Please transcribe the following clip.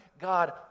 God